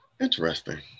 Interesting